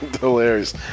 Hilarious